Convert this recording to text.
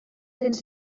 cents